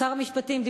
שר המשפטים,